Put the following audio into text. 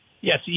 Yes